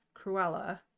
Cruella